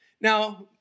Now